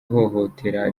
ihohotera